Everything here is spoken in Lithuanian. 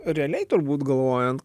realiai turbūt galvojant